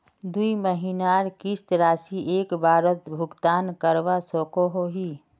दुई महीनार किस्त राशि एक बारोत भुगतान करवा सकोहो ही?